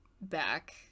back